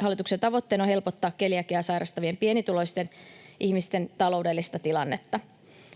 Hallituksen tavoitteena on helpottaa keliakiaa sairastavien pienituloisten ihmisten taloudellista tilannetta.